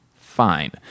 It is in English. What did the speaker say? fine